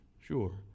Sure